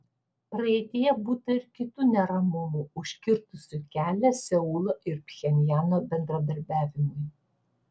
praeityje būta ir kitų neramumų užkirtusių kelią seulo ir pchenjano bendradarbiavimui